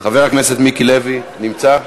חבר הכנסת מיקי לוי, נמצא?